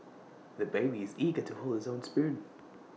the baby is eager to hold his own spoon